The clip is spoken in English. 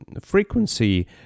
frequency